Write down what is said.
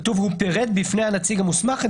כתוב: "ופירט בפני הנציג המוסמך את